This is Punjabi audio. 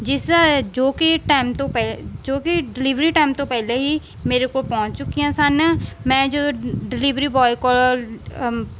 ਜਿਸ ਜੋ ਕਿ ਟਾਈਮ ਤੋਂ ਪਹਿਲਾਂ ਜੋ ਕਿ ਡਿਲੀਵਰੀ ਟਾਈਮ ਤੋਂ ਪਹਿਲਾਂ ਹੀ ਮੇਰੇ ਕੋਲ ਪਹੁੰਚ ਚੁੱਕੀਆਂ ਸਨ ਮੈਂ ਜਦੋਂ ਡਿਲੀਵਰੀ ਬੋਏ ਕੋਲ